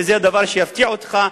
וזה הדבר שיפתיע אותך,